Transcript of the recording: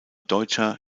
deutscher